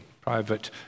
Private